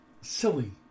silly